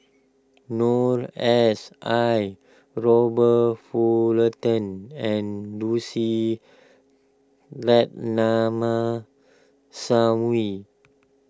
Noor S I Robert Fullerton and Lucy Ratnammah Sam way